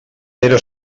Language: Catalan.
era